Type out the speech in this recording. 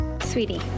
Sweetie